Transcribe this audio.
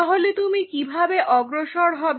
তাহলে তুমি কিভাবে অগ্রসর হবে